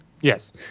Yes